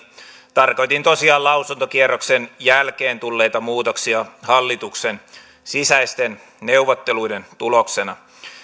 tarkoitin tosiaan lausuntokierroksen jälkeen tulleita muutoksia hallituksen sisäisten neuvotteluiden tuloksena